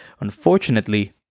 unfortunately